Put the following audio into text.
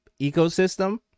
ecosystem